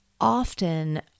often